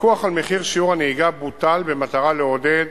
הפיקוח על מחיר שיעור הנהיגה בוטל במטרה לעודד